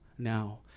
now